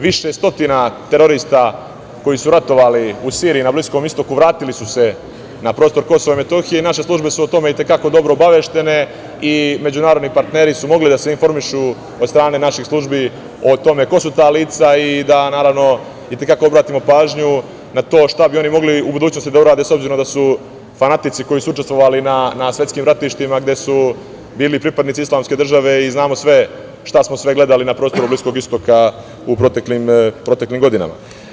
Više stotina terorista koji su ratovali u Siriji, na Bliskom istoku vratili su se na prostor Kosova i Metohije i naše službe su o tome i te kako dobro obaveštene i međunarodni partneri su mogli da se informišu od strane naših službi o tome ko su ta lica i da, naravno, i te kako obratimo pažnju na to šta bi oni mogli u budućnosti da urade, s obzirom da su fanatici koji su učestvovali na svetskim ratištima gde su bili pripadnici Islamske države i znamo šta smo sve gledali na prostoru Bliskog istoka u proteklim godinama.